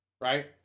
Right